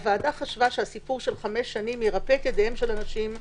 הוועדה חשבה שהסיפור של חמש שנים ירפה את ידיהם של אנשים,